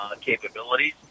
capabilities